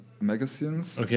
magazines